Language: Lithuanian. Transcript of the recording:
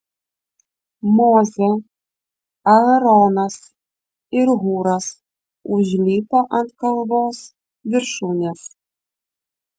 mozė aaronas ir hūras užlipo ant kalvos viršūnės